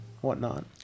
whatnot